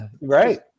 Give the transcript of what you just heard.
right